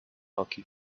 hockey